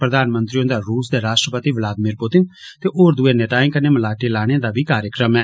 प्रधानमंत्री हुन्दा रुस दे राष्ट्रपति वलादिमीर पुतिन ते होर दुए नेताएं कन्नै मलाटी लाने दा बी कार्यक्रम ऐ